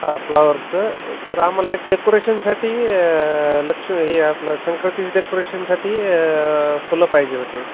हा फ्लॉवरचं तर आम्हाला एक डेकोरेशनसाठी लक्ष हे आपलं संक्रातीची डेकोरेशनसाठी फुलं पाहिजे होते